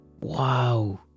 Wow